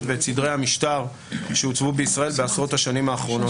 ואת סדרי המשטר שעוצבו בישראל בעשרות השנים האחרונות.